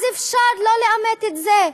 אז אפשר לא לאמת את זה.